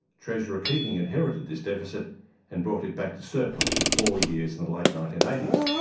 treasurer keating inherited this deficit and brought it back to surplus for four years in the late nineteen eighty s.